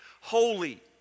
holy